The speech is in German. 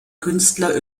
künstler